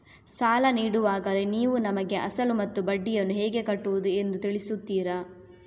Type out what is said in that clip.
ಸಾಲ ನೀಡುವಾಗಲೇ ನೀವು ನಮಗೆ ಅಸಲು ಮತ್ತು ಬಡ್ಡಿಯನ್ನು ಹೇಗೆ ಕಟ್ಟುವುದು ಎಂದು ತಿಳಿಸುತ್ತೀರಾ?